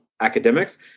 academics